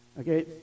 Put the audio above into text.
Okay